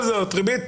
ריבית